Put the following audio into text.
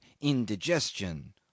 indigestion